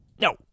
No